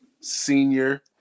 senior